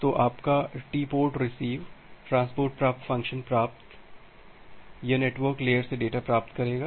तो आपका TportRecv transport प्राप्त फ़ंक्शन प्राप्त यह नेटवर्क लेयर से डेटा प्राप्त करेगा